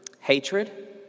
hatred